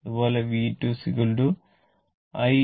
അതുപോലെ V2 I